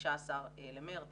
מה-15 במרץ